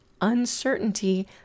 uncertainty